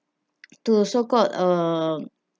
to so called uh